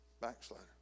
Backslider